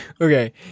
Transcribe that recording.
Okay